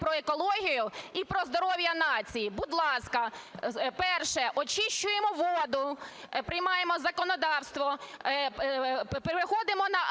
про екологію і про здоров'я нації, будь ласка, перше - очищуємо воду, приймаємо законодавство; переходимо на "А-6"